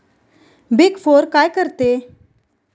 Big four काय करते?